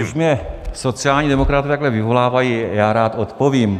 Když mě sociální demokraté takhle vyvolávají, já rád odpovím.